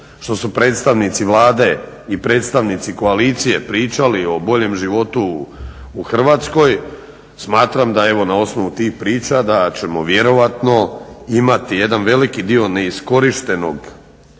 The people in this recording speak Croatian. što su predstavnici Vlade i predstavnici koalicije pričali o boljem životu u Hrvatskoj, smatram da na osnovu tih priča da ćemo vjerojatno imati jedan veliki dio neiskorištenih